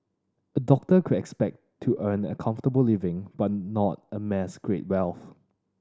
a doctor could expect to earn a comfortable living but not amass great wealth